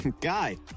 Guy